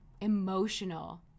emotional